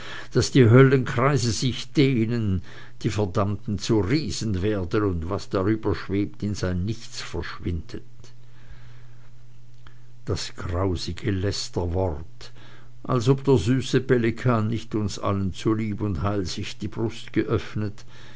daß die höllenkreise sich dehnen die verdammten zu riesen werden und was darüber schwebt in sein nichts verschwindet das grausige lästerwort als ob der süße pelikan nicht uns allen zu lieb und heil sich die brust geöffnet